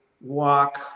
walk